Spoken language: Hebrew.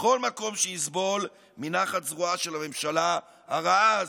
לכל מקום שיסבול מנחת זרועה של הממשלה הרעה הזאת.